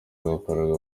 bakorerwa